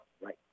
Right